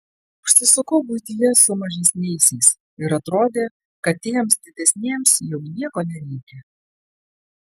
užsisukau buityje su mažesniaisiais ir atrodė kad tiems didesniems jau nieko nereikia